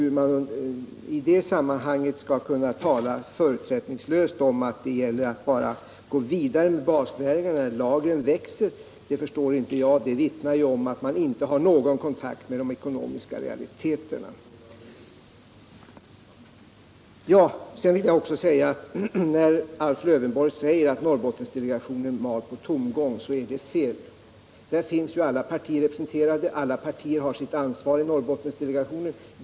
Hur man i det sammanhanget förutsättningslöst kan tala om att det bara gäller att gå vidare med basnäringarna förstår jag inte. Det vittnar om att man inte har någon kontakt med de ekonomiska realiteterna. Alf Lövenborg säger att Norrbottensdelegationen mal på tomgång. Det är fel. Där finns alla partier representerade, alla partier har sitt ansvar i Norrbottensdelegationen.